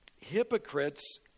hypocrites